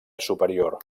superior